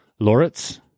loritz